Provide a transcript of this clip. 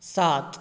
सात